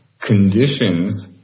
conditions